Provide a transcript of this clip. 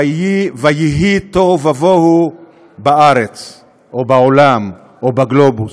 ויהי תוהו ובוהו בארץ או בעולם או בגלובוס.